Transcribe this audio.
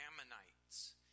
Ammonites